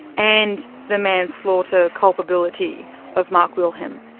and the manslaughter culpability of mark wilhelm?